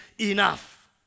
enough